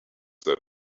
that